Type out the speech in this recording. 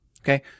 okay